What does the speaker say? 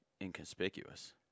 Inconspicuous